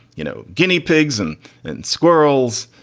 you know, guinea pigs and and squirrels.